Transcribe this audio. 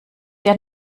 der